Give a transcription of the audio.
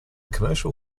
commercial